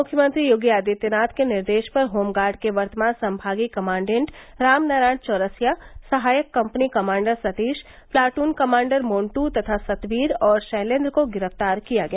मुख्यमंत्री योगी आदित्यनाथ के निर्देश पर होमगार्ड के वर्तमान संभागीय कमांडेंट राम नारायण चौरसिया सहायक company commander Satish platoon commander Montu तथा सतवीर और शैलेंद्र को गिरफ्तार किया गया